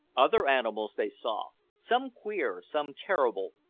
other animals they saw some queer, some terrible,